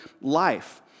life